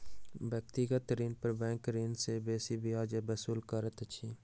व्यक्तिगत ऋण पर बैंक ऋणी सॅ बेसी ब्याज वसूल करैत अछि